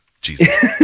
Jesus